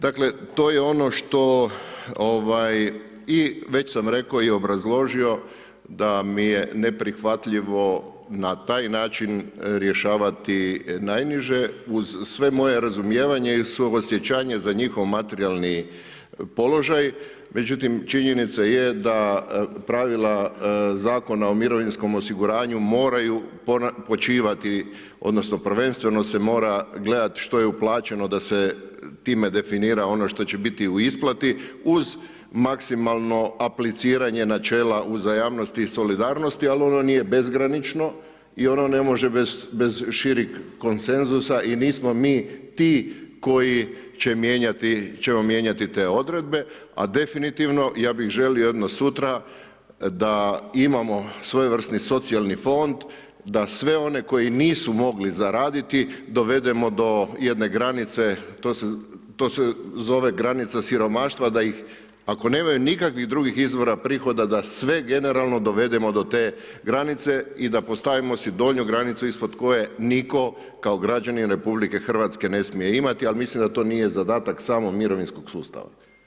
Dakle to je ono što, i već sam rekao i obrazložio da mi je neprihvatljivo na taj način rješavati najniže, uz sve moje razumijevanje i suosjećanje za njihov materijalni položaj, međutim činjenica je da pravila Zakona o mirovinskom osiguranju moraju počivati, odnosno prvenstveno se mora gledat što je uplaćeno da se time definira ono što će biti u isplati, uz maksimalno apliciranje načela uzajamnosti i solidarnosti, ali ono nije bezgranično i ono ne može bez širih koncensusa i nismo mi ti koji će mijenjati te odredbe, a definitivno, ja bih želio da imamo svojevrsni socijalni fond, da sve one koji nisu mogli zaraditi dovedemo do jedne granice, to se zove granica siromaštva da ih, ako nemaju nikakvih drugih izvora prihoda, da sve generalno dovedemo do te granice i da postavimo si donju granicu ispod koje nitko kao građanin RH ne smije imati, ali mislim da to nije zadatak samo mirovinskog sustava.